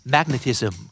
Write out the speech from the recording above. Magnetism